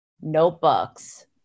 notebooks